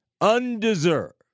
undeserved